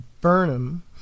Burnham